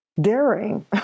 daring